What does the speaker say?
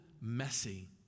messy